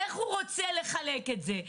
איך הוא רוצה לחלק את זה,